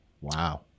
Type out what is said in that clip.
Wow